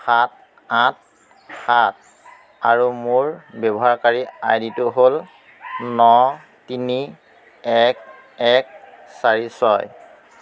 সাত আঠ সাত আৰু মোৰ ব্যৱহাৰকাৰী আই ডিটো হ'ল ন তিনি এক এক চাৰি ছয়